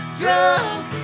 drunk